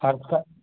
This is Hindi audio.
फर्श का